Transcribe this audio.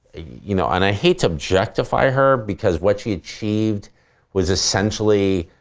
you know and i hate to objectify her because what she achieved was essentially,